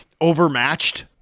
overmatched